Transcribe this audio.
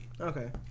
okay